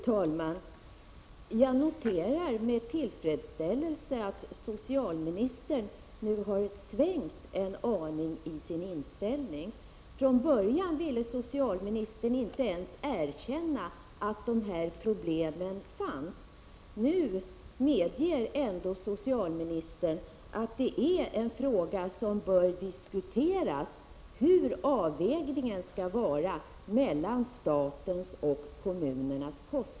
Fru talman! Jag noterar med tillfredsställelse att socialministern nu har svängt en aning i sin inställning. Från början ville socialministern inte ens erkänna att dessa problem fanns. Nu medger ändå socialministern att det är en fråga som bör diskuteras, hur avvägningen skall göras mellan statens och kommunernas kostnader.